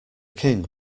king